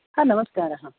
हा नमस्कारः